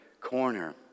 corner